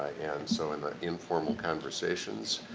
ah and so, in the informal conversations,